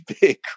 big